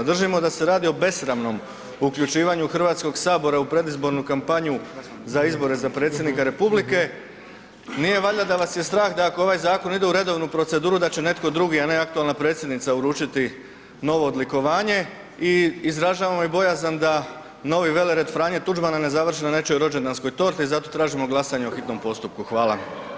Držimo da se radi o besramnom uključivanju HS u predizbornu kampanju za izbore za predsjednika republike, nije valjda da vas je strah da ako ovaj zakon ide u redovnu proceduru da će netko drugi, a ne aktualna predsjednica uručiti novo odlikovanje i izražavam i bojazan da novi velered Franje Tuđmana ne završi na nečijoj rođendanskoj torti, zato tražimo glasanje o hitnom postupku, hvala.